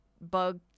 bug